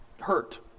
hurt